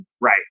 Right